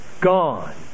gone